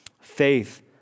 Faith